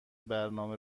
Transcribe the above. برنامه